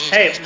Hey